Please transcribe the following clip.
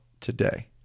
today